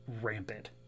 rampant